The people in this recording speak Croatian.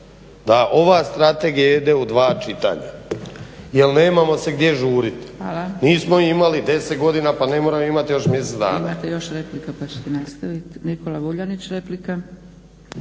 da ova strategija ide u dva čitanja. Jer nemamo se gdje žuriti. Nismo imali 10 godina pa ne moramo imati još mjesec dana. **Zgrebec, Dragica (SDP)** Hvala. Imate još replika pa ćete nastaviti. Nikola Vuljanić replika.